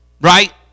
right